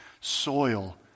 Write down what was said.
soil